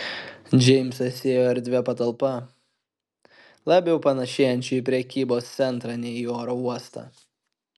džeimsas ėjo erdvia patalpa labiau panėšėjančia į prekybos centrą nei į oro uostą